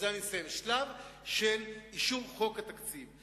השלב של אישור חוק התקציב.